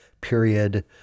period